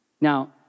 Now